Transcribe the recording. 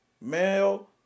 Male